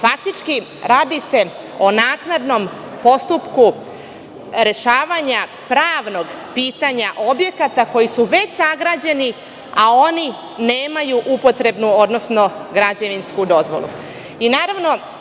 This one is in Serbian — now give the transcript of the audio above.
faktički radi se o naknadnom postupku rešavanja pravnog pitanja objekata koji su već sagrađeni, a oni nemaju upotrebnu, odnosno građevinsku dozvolu. Kada